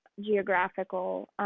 geographical